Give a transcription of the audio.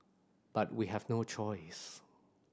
but we have no choice